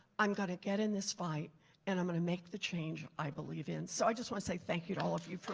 i'm going to get in this fight and i'm going to make the change i believe in. so i just want to say thank you all of you for